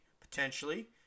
potentially